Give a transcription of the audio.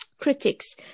critics